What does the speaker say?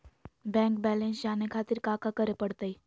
Bank balance जाने खातिर काका करे पड़तई?